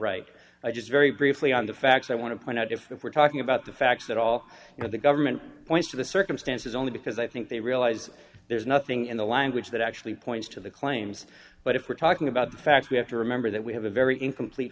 right i just very briefly on the facts i want to point out if we're talking about the fact that all of the government points to the circumstances only because i think they realize there's nothing in the language that actually points to the claims but if we're talking about the fact we have to remember that we have a very incomplete